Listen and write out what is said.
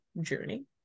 journey